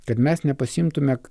kad mes nepasiimtume